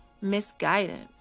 misguidance